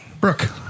Brooke